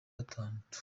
gatatu